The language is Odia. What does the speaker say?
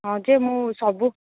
ହଁ ଯେ ମୁଁ ସବୁ